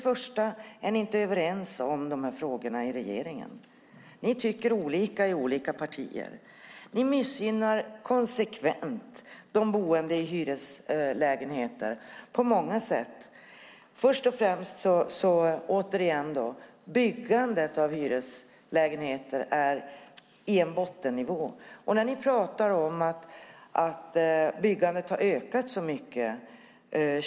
Ni är ju inte överens i dessa frågor inom regeringspartierna. Ni tycker olika i olika partier. Ni missgynnar konsekvent de boende i hyreslägenheter på många sätt. Först och främst är byggandet av hyreslägenheter på en bottennivå. Ni pratar om att byggandet har ökat mycket.